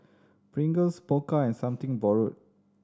Pringles Pokka and Something Borrowed